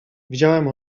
widziałem